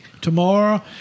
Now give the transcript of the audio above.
tomorrow